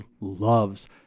loves